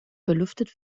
belüftet